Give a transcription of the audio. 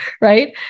right